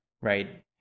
right